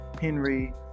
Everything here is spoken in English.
Henry